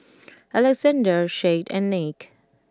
Alexander Chet and Nick